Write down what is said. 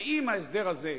ואם ההסדר הזה,